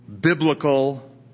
biblical